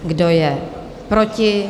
Kdo je proti?